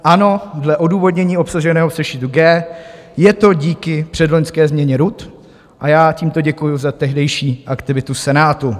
Ano, dle odůvodnění obsaženého v sešitu G je to díky předloňské změně RUD a já tímto děkuju za tehdejší aktivitu Senátu.